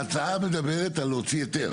ההצעה מדברת על להוציא היתר.